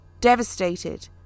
Devastated